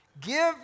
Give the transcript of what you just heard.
Give